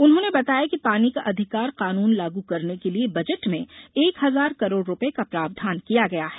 उन्होंने बताया कि पानी का अधिकार कानून लागू करने के लिये बजट में एक हजार करोड़ रूपये का प्रावधान किया गया है